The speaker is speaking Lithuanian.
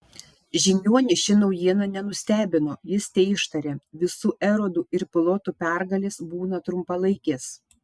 žiniuonį ši naujiena nenustebino jis teištarė visų erodų ir pilotų pergalės būna trumpalaikės